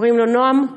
שקוראים לו נועם.